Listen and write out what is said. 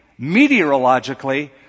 meteorologically